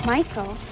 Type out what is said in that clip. Michael